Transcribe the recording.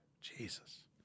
Jesus